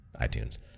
iTunes